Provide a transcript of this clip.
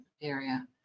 area